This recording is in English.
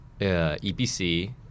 EPC